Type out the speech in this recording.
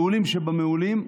מעולים שבמעולים,